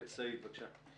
סעיד, בבקשה.